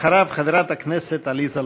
אחריו, חברת הכנסת עליזה לביא.